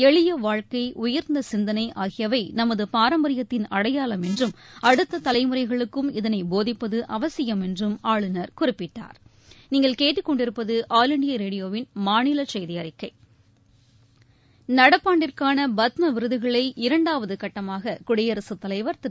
எளிய வாழ்க்கை உயர்ந்த சிந்தனை ஆகியவை நமது பாரம்பரியத்தின் அடையாளம் என்றும் அடுத்த தலைமுறைகளுக்கும் இதனை போதிப்பது அவசியம் என்றும் ஆளுநர் குறிப்பிட்டார் நடப்பாண்டிற்கான பத்ம விருதுகளை இரண்டாவது கட்டமாக குடியரகத்தலைவா் திரு